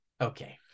Okay